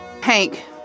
Hank